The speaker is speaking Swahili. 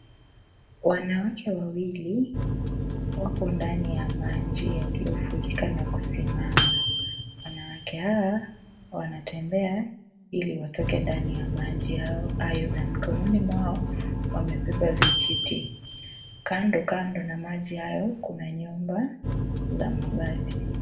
Wanawake wawili wako ndani ya maji yaliyofurika na kusimama. Wanawake hawa wanatembea iliwatoke ndani ya maji hayo na mikononi mwai wamebeba vijiti. Kandokando na maji hayo kuna nyumba za mabai.